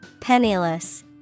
Penniless